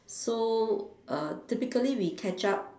so uh typically we catch up